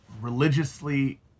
religiously